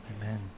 Amen